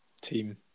Team